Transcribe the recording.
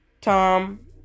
Tom